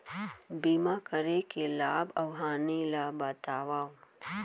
बीमा करे के लाभ अऊ हानि ला बतावव